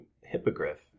Hippogriff